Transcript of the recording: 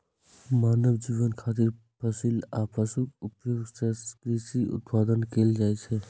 मानव जीवन खातिर फसिल आ पशुक उपयोग सं कृषि उत्पादन कैल जाइ छै